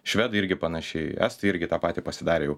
švedai irgi panašiai estai irgi tą patį pasidarė jau